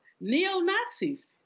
Neo-Nazis